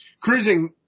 Cruising